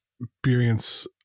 experience